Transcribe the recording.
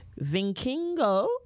Vinkingo